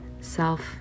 self